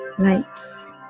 lights